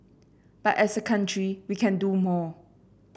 but as a country we can do more